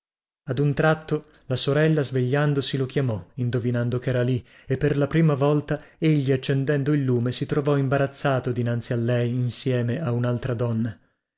ad un tratto la sorella svegliandosi lo chiamò quasi lo sentisse là e per la prima volta egli accendendo il lume si trovò imbarazzato dinanzi a lei insieme a unaltra donna